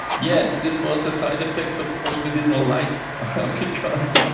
yes. this was a side effect, of course, we did not like, ah um because